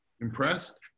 impressed